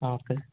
ହଁ ସାର୍